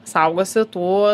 saugosi tų